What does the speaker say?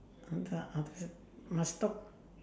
அதான் அவ:athaan ava must talk